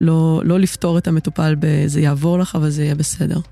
לא לפתור את המטופל, זה יעבור לך, אבל זה יהיה בסדר.